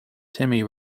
timmy